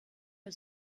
der